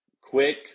quick